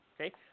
okay